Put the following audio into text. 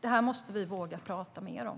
Detta måste vi våga prata mer om.